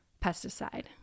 pesticide